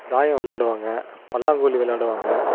தாயம் விளாடுவாங்க பல்லாங்குழி விளாடுவாங்க